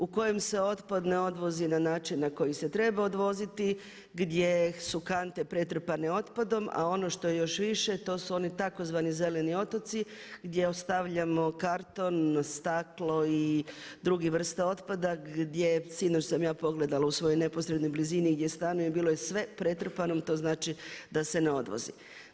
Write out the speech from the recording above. U kojem se otpad ne odvozi na način na koji se treba odvoziti, gdje su kante pretrpane otpadom a ono što je još više to su oni tzv. zeleni otoci gdje ostavljamo karton, staklo i druge vrste otpada gdje sinoć sam ja pogledala u svojoj neposrednoj blizini gdje stanujem bilo je sve pretrpano, to znači da se ne odvozi.